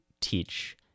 teach